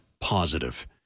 positive